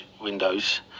windows